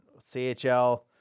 CHL